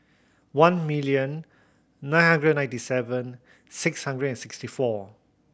one million nine hundred and ninety seven six hundred and sixty four